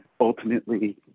ultimately